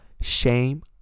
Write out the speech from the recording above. Shame